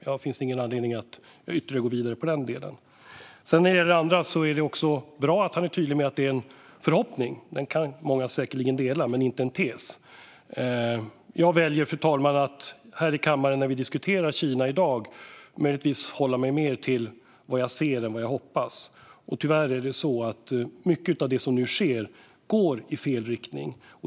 Det finns ingen anledning att ytterligare gå vidare med det. Det är också bra att han är tydlig med att det handlar om en förhoppning. Den kan säkerligen många dela. Det hade varit annat med en tes. Jag väljer, fru talman, att när vi i dag diskuterar Kina här i kammaren hålla mig mer till vad jag ser än vad jag hoppas. Tyvärr går mycket av det som nu sker i fel riktning.